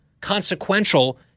consequential